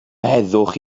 heddwch